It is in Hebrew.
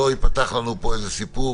אני חושב שכדי שלא יפתח לנו פה איזה סיפור,